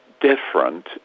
different